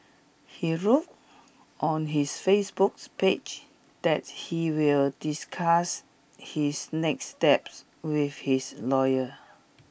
he wrote on his Facebook's page that he will discuss his next steps with his lawyer